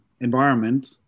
environment